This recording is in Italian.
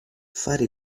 fare